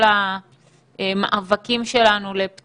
זה קוריוז, זה לא מעניין.